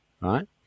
right